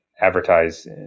advertise